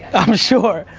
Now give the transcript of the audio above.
i'm sure,